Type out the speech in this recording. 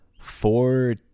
four